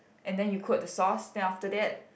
and then you quote the source then after that